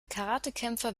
karatekämpfer